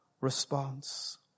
response